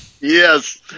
Yes